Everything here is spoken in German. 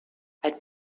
als